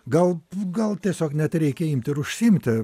gal gal tiesiog net reikia imti ir užsiimti